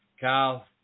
Kyle